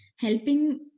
helping